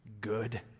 good